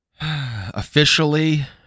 Officially